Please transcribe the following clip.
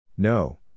No